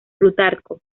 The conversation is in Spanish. plutarco